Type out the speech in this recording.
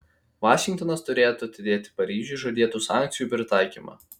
vašingtonas turėtų atidėti paryžiui žadėtų sankcijų pritaikymą